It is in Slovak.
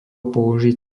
použiť